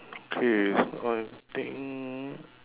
K so I think